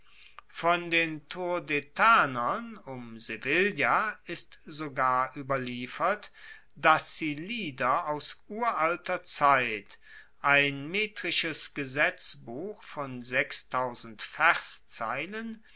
von den turdetanern um sevilla ist sogar ueberliefert dass sie lieder aus uralter zeit ein metrisches gesetzbuch von